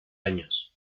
años